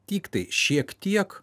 tiktai šiek tiek